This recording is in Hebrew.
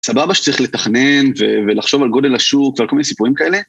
סבבה שצריך לתכנן ולחשוב על גודל השוק ועל כל מיני סיפורים כאלה.